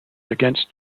against